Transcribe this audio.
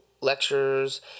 lectures